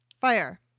fire